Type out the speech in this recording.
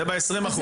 זה ב-20%.